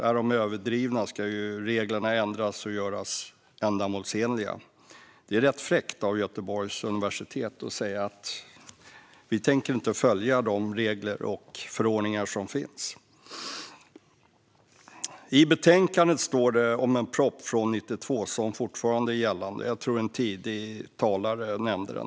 Är de överdrivna ska reglerna ändras och göras ändamålsenliga. Det är rätt fräckt av Göteborgs universitet att säga att man inte tänker följa de regler och förordningar som finns. I betänkandet står det om en proposition från 1992 som riksdagen fattade beslut om och som fortfarande gäller. Jag tror att en tidigare talare nämnde den.